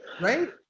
Right